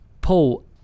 Paul